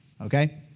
okay